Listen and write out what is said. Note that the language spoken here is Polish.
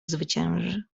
zwycięży